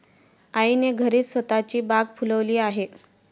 आईने घरीच स्वतःची बाग फुलवली आहे